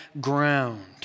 ground